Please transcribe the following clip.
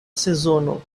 sezono